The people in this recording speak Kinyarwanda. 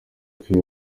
kwiga